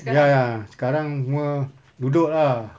ya ya sekarang semua duduk lah